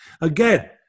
Again